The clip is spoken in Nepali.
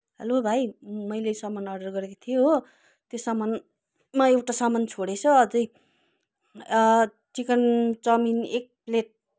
हेलो भाइ मैले सामान अर्डर गरेको थिएँ हो त्यो सामानमा एउटा सामान छोडिएछ अझै चिकन चाउमिन एक प्लेट